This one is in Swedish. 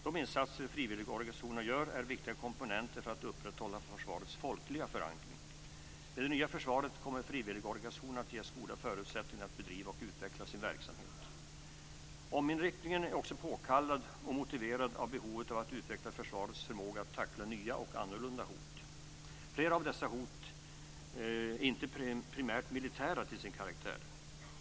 De insatser frivilligorganisationerna gör är viktiga komponenter för att upprätthålla försvarets folkliga förankring. Med det nya försvaret kommer frivilligorganisationerna att ges goda förutsättningar att bedriva och utveckla sin verksamhet. Ominriktningen är också påkallad och motiverad av behovet att utveckla försvarets förmåga att tackla nya och annorlunda hot. Flera av dessa hot är inte primärt militära till sin karaktär.